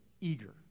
eager